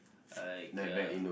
like uh